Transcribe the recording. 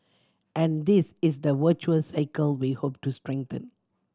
and this is the virtuous cycle we hope to strengthen